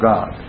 God